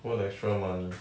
what extra money